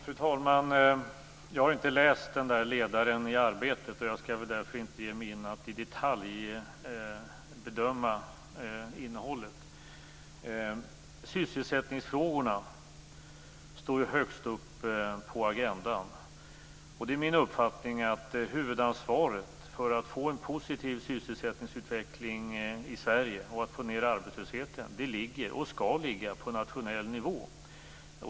Fru talman! Jag har inte läst den där ledaren i Arbetet, och jag skall väl därför inte ge mig in på att i detalj bedöma innehållet. Sysselsättningsfrågorna står ju högst upp på agendan, och det är min uppfattning att huvudansvaret för att få en positiv sysselsättningsutveckling i Sverige och för att få ned arbetslösheten ligger, och skall ligga, på nationell nivå.